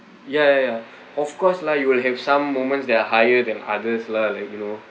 ya ya ya of course lah you will have some moments that are higher than others lah like you know